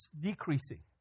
decreasing